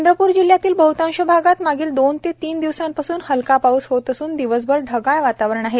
चंद्रपूर जिल्ह्यातील बहतांश भागात मागील दोन ते तीन दिवसांपासून हलका पाऊस होत असून दिवसभर ढगाळ वातावरण आहेत